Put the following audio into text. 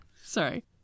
Sorry